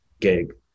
gig